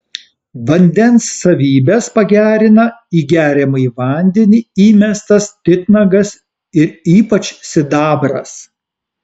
vandens savybes pagerina į geriamąjį vandenį įmestas titnagas ir ypač sidabras